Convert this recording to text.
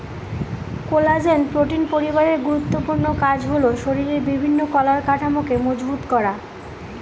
collagen protein পরিবারের গুরুত্বপূর্ণ কাজ হল শরীরের বিভিন্ন কলার কাঠামোকে মজবুত করা